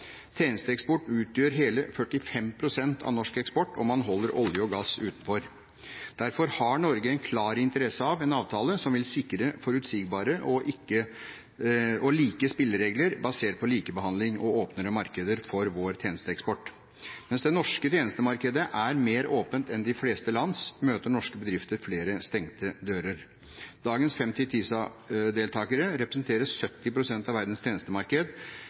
Tjenesteeksport utgjør hele 45 pst. av norsk eksport om man holder olje og gass utenfor. Derfor har Norge en klar interesse av en avtale som vil sikre forutsigbare og like spilleregler basert på likebehandling og åpnere markeder for vår tjenesteeksport. Mens det norske tjenestemarkedet er mer åpent enn de fleste lands, møter norske bedrifter flere stengte dører. Dagens 51 TISA-deltakere representerer 70 pst. av verdens tjenestemarked,